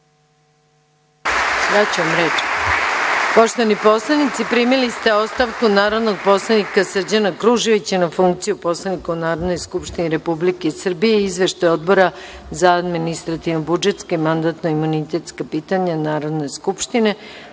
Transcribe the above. Poštovani poslanici primili ste ostavku narodnog poslanika Srđana Kruževića na funkciju poslanika u Narodnoj skupštini Republike Srbije i izveštaj Odbora za administrativno-budžetska i mandatno-imunitetska pitanja Narodne skupštine